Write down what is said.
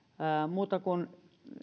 muuta kuin